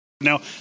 Now